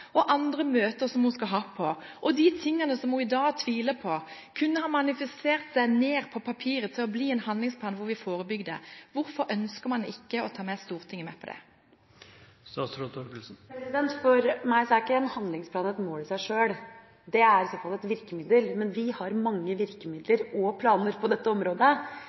andre møter hun skal være på, og de tingene som hun i dag tviler på, kunne manifestert seg på papiret, som en handlingsplan, hvor vi forebygger. Hvorfor ønsker man ikke å ta Stortinget med på det? For meg er ikke en handlingsplan et mål i seg sjøl. Det er i så fall et virkemiddel, men vi har mange virkemidler og planer på dette området,